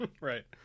right